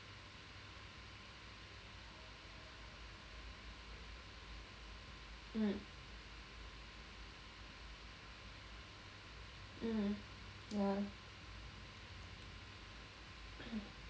mm mm ya